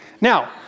Now